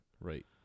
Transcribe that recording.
Right